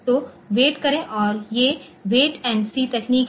तो वेट करें और ये वेट एंड सी तकनीक है